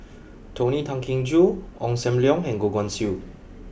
Tony Tan Keng Joo Ong Sam Leong and Goh Guan Siew